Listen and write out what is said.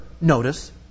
notice